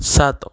ସାତ